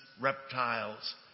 reptiles